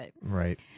Right